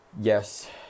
yes